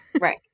Right